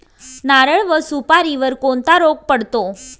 नारळ व सुपारीवर कोणता रोग पडतो?